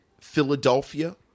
Philadelphia